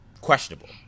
questionable